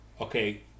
Okay